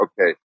okay